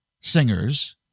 singers